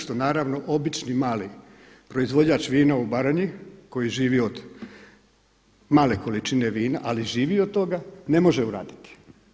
Što naravno obični mali proizvođač vina u Baranji, koji živi od male količine vina, ali živi od toga ne može vratiti.